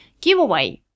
giveaway